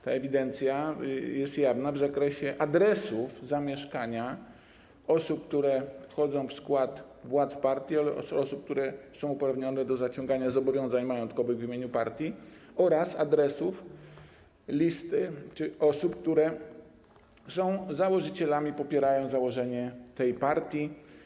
Ta ewidencja jest jawna w zakresie adresów zamieszkania osób, które wchodzą w skład władz partii oraz osób, które są uprawnione do zaciągania zobowiązań majątkowych w imieniu partii, a także adresów na listach osób, które są założycielami, popierają założenie partii.